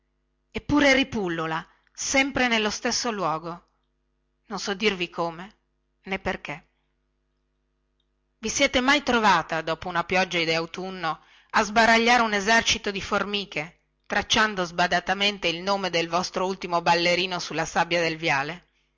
eppure ripullula sempre nello stesso luogo non so dirvi come nè perchè vi siete mai trovata dopo una pioggia di autunno a sbaragliare un esercito di formiche tracciando sbadatamente il nome del vostro ultimo ballerino sulla sabbia del viale